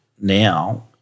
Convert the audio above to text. now